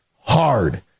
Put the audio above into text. hard